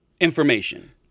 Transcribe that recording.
information